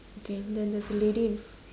okay then there's a lady in